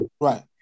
Right